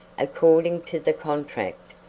according to the contract,